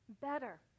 better